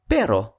pero